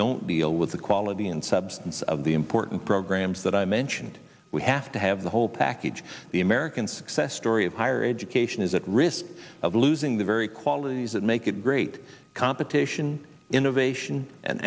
don't deal with the quality and substance of the important programs that i mentioned we have to have the whole package the american success story of higher education is at risk of losing the very qualities that make it great competition innovation an